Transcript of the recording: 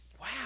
Wow